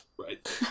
Right